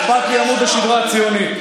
אכפת לי עמוד השדרה הציוני.